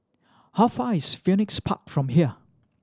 how far is Phoenix Park from here